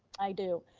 i do.